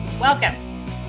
Welcome